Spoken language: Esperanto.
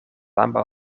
ambaŭ